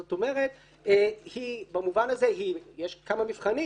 זאת אומרת, במובן הזה יש כמה מבחנים